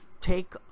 take